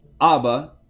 Abba